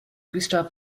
gustav